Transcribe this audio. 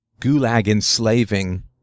gulag-enslaving